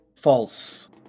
False